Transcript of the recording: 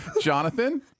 Jonathan